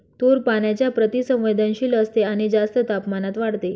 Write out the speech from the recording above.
तूर पाण्याच्या प्रति संवेदनशील असते आणि जास्त तापमानात वाढते